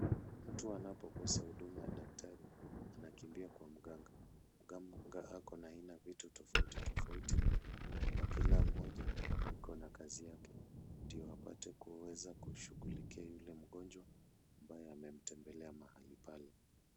Mtu anapokosa huduma ya daktari anakimbia kwa mganga. Mganga ako na aina ya vitu tofauti tofauti na kila mmoja iko na kazi yake ndio apate kuweza kumshughulikia yule mgonjwa ambaye amemtembelea mahali pale.